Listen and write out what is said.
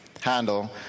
handle